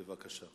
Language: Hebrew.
בבקשה.